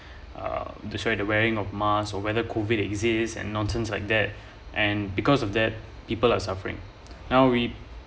uh to show the wearing of mask or whether COVID exists and nonsense like that and because of that people are suffering now we